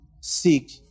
seek